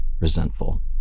resentful